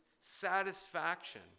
satisfaction